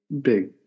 big